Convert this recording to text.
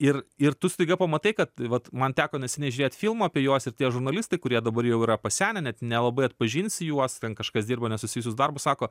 ir ir tu staiga pamatai kad vat man teko neseniai žiūrėt filmą apie juos ir tie žurnalistai kurie dabar jau yra pasenę net nelabai atpažinsi juos ten kažkas dirba nesusijusius darbus sako